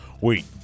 Wait